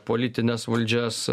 politines valdžias